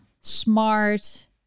smart